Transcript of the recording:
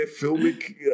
filmic